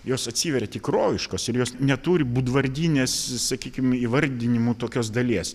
jos atsiveria tikroviškos ir jos neturi būdvardinės sakykim įvardinimo tokios dalies